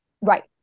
Right